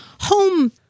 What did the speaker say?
home